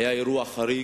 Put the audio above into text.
היה אירוע חריג,